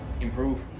improve